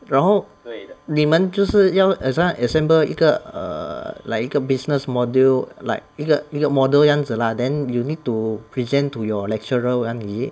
然后你们就是要很像 assemble 一个 err like 一个 business module like 一个一个 model 样子 lah then you need to present to your lecturer [one] is it